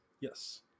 Yes